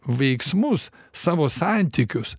veiksmus savo santykius